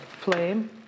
flame